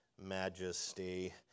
majesty